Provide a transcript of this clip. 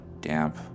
damp